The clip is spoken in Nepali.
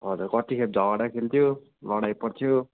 हजुर कतिखेप झगडा खेल्थ्यो लडाइँ पर्थ्यो